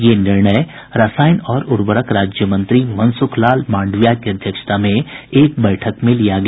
ये निर्णय रसायन और उर्वरक राज्य मंत्री मनसुख लाल मांडविया की अध्यक्षता में एक बैठक में लिया गया